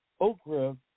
okra